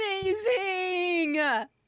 amazing